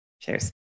Cheers